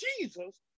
Jesus